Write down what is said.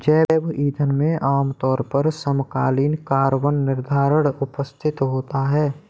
जैव ईंधन में आमतौर पर समकालीन कार्बन निर्धारण उपस्थित होता है